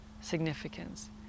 significance